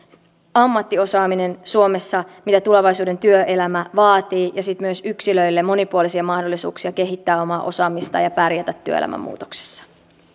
ammattiosaaminen mitä tulevaisuuden työelämä vaatii ja sitten myös yksilöille monipuolisia mahdollisuuksia kehittää omaa osaamistaan ja pärjätä työelämän muutoksissa